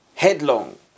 Headlong